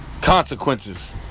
Consequences